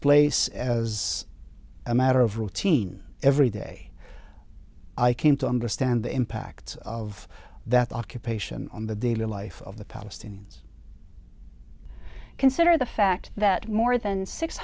place as a matter of routine every day i came to understand the impact of that occupation on the daily life of the palestinians consider the fact that more than six